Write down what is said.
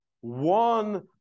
one